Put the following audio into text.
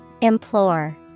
Implore